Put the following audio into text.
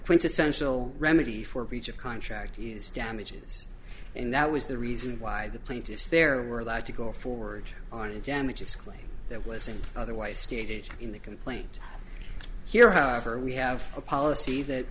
quintessential remedy for breach of contract is damages and that was the reason why the plaintiffs there were allowed to go forward on a damages claim that wasn't otherwise stated in the complaint here however we have a policy that